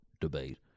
debate